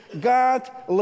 God